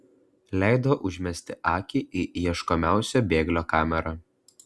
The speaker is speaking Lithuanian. leido užmesti akį į ieškomiausio bėglio kamerą